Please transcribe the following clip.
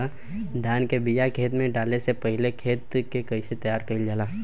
धान के बिया खेत में डाले से पहले खेत के कइसे तैयार कइल जाला?